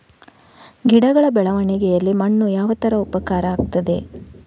ಗಿಡಗಳ ಬೆಳವಣಿಗೆಯಲ್ಲಿ ಮಣ್ಣು ಯಾವ ತರ ಉಪಕಾರ ಆಗ್ತದೆ?